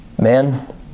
man